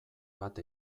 bat